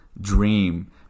dream